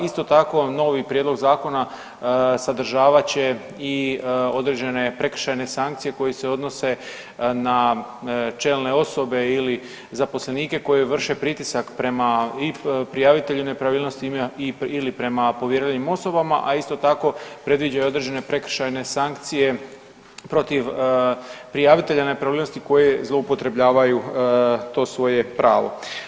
Isto tako novi prijedlog zakona sadržavat će i određene prekršajne sankcije koje se odnose na čelne osobe ili zaposlenike koji vrše pritisak prema i prijaviteljima nepravilnosti ili prema povjerljivim osobama, a isto tako, predviđa i određene prekršajne sankcija protiv prijavitelja nepravilnosti koje zloupotrebljavaju to svoje pravo.